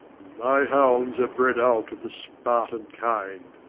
my hounds are bred out of the spartan kind,